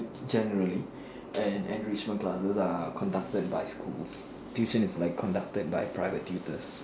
generally and enrichment classes are conducted by school tuition is like conducted by private tutors